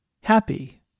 happy